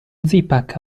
zipak